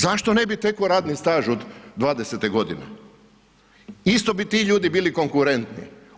Zašto ne bi tekao radni staž od 20-te godine? isto bi ti ljudi bili konkurentni.